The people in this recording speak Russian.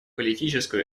политическую